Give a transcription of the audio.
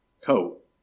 coat